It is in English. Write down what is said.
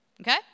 okay